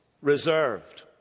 reserved